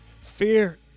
fear